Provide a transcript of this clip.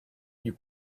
you